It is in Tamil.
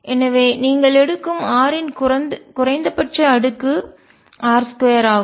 எனவே நீங்கள் எடுக்கும் r இன் குறைந்தபட்ச அடுக்கு r2 ஆகும்